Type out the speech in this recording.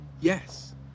yes